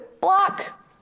block